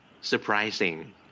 surprising